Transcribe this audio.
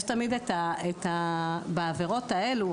בעבירות האלו,